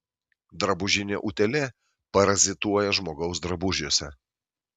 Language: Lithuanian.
drabužinė utėlė parazituoja žmogaus drabužiuose